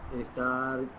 estar